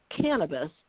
cannabis